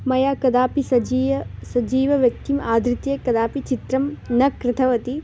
मया कदापि सजीवं सजीवव्यक्तिम् आधृत्य कदापि चित्रं न कृतवती